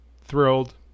thrilled